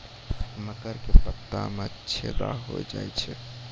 मकर के पत्ता मां छेदा हो जाए छै?